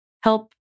help